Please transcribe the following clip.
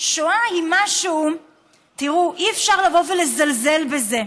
שואה היא משהו, תראו, אי-אפשר לבוא ולזלזל בזה.